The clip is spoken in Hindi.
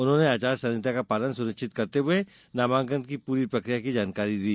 उन्होंने आचार संहिता का पालन सुनिष्वित करते हुए नामांकन की पूरी प्रकिया की जानकारी दी